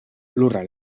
lurra